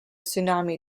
tsunami